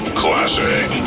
classic